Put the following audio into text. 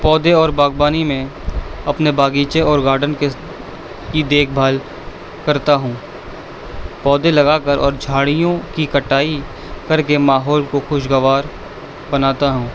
پودے اور باغبانی میں اپنے باغیچے اور غارڈن کی دیکھ بھال کرتا ہوں پودے لگا کر اور جھاڑیوں کی کٹائی کر کے ماحول کو خوشگوار بناتا ہوں